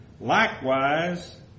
Likewise